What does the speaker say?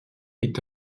est